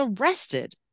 arrested